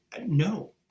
no